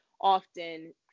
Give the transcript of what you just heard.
often